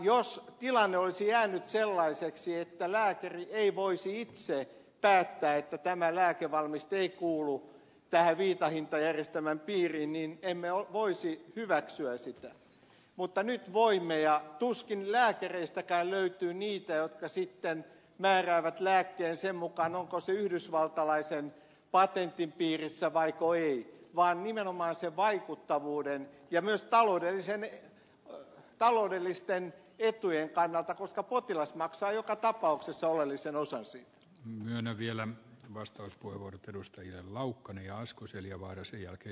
jos tilanne olisi jäänyt sellaiseksi että lääkäri ei voisi itse päättää että tämä lääkevalmiste ei kuulu tähän viitehintajärjestelmän piiriin niin emme voisi hyväksyä sitä mutta nyt voimme ja tuskin lääkäreistäkään löytyy niitä jotka sitten määräävät lääkkeen sen mukaan onko se yhdysvaltalaisen patentin piirissä vai ei vaan nimenomaan sen vaikuttavuuden ja myös taloudellisten etujen kannalta koska potilas maksaa joka tapauksessa oleellisen osansi hänen vielä vastauspuheenvuorot edustajineen laukkanen ja asko seljavaara osan siitä